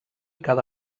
cada